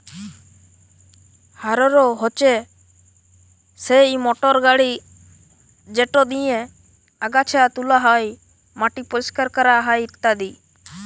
harrow হছে সেই motor গাড়ি যেট দিঁয়ে আগাছা তুলা হ্যয়, মাটি পরিষ্কার ক্যরা হ্যয় ইত্যাদি